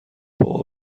بابا